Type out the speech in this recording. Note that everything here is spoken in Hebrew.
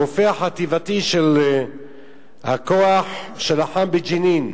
הרופא החטיבתי של הכוח שלחם בג'נין,